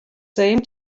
same